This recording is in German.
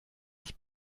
ich